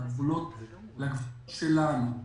בגבולות שלנו.